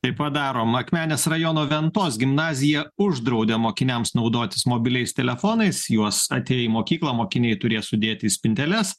taip pat darom akmenės rajono ventos gimnazija uždraudė mokiniams naudotis mobiliais telefonais juos atėję į mokyklą mokiniai turės sudėti į spinteles